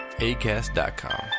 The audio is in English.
Acast.com